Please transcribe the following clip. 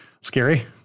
scary